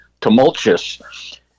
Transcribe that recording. tumultuous